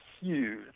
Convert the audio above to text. huge